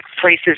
places